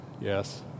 Yes